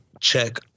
check